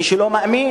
מי שלא מאמין,